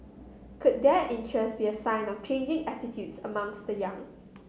could their interest be a sign of changing attitudes amongst the young